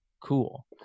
Cool